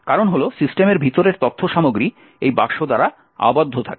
কারণ হল সিস্টেমের ভিতরের তথ্য সামগ্রী এই বাক্স দ্বারা আবদ্ধ থাকে